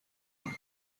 کنید